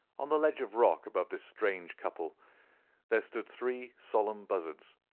on the ledge of rock above this strange couple there stood three solemn buzzards,